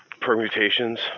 permutations